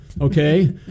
okay